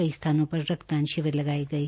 कई स्थानों पर रक्त दान शिविर लगाये गये